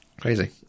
Crazy